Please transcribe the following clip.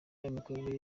imikorere